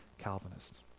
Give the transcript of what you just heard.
Calvinist